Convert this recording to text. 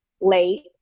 late